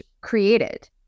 created